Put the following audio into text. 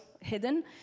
hidden